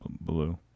blue